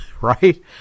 right